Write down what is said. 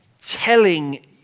telling